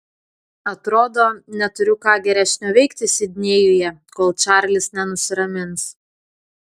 atrodo neturiu ką geresnio veikti sidnėjuje kol čarlis nenusiramins